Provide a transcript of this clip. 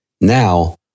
Now